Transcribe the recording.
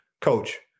coach